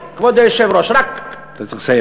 כבוד היושב-ראש, בהיי-טק רק, אתה צריך לסיים.